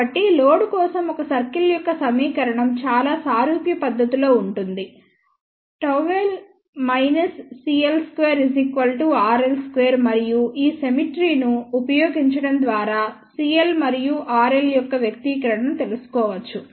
కాబట్టి లోడ్ కోసం ఒక సర్కిల్ యొక్క సమీకరణం చాలా సారూప్య పద్ధతిలో ఉంటుంది ΓL cl2 rl2 మరియు ఈ సిమ్మెట్రీ ను ఉపయోగించడం ద్వారా cl మరియు rl యొక్క వ్యక్తీకరణను తెలుసుకోవచ్చు